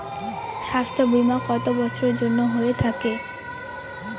স্বাস্থ্যবীমা কত বছরের জন্য হয়ে থাকে?